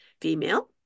female